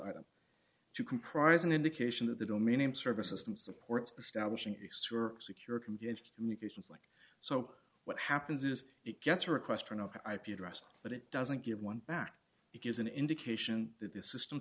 item to comprise an indication that the domain name services them supports establishing a sewer secure convention communications like so what happens is it gets a request for an ip address but it doesn't give one back it gives an indication that the system